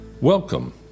Welcome